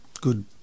Good